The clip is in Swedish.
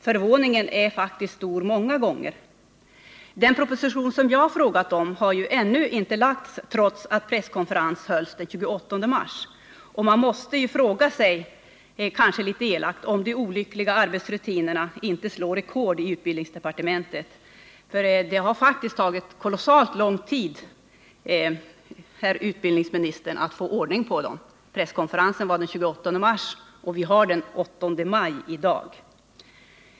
Förvåningen är faktiskt stor många gånger. Den proposition som jag har frågat om har ännu inte lagts fram, trots att 59 presskonferensen hölls den 28 mars. Man måste fråga sig, kanske litet elakt, om inte de olyckliga arbetsrutinerna slår rekord i utbildningsdepartementet. Det har faktiskt tagit kolossalt lång tid, herr utbildningsminister, att få ordning på dem. Presskonferensen var den 28 mars och vi har den 8 maj i dag.